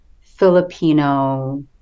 Filipino